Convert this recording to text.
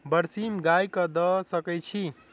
बरसीम गाय कऽ दऽ सकय छीयै?